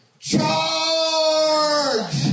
Charge